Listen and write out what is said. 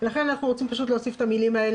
(תגמולים לבני משפחה של אדם שנפטר בעת הצלת חיי זולת),